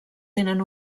tenen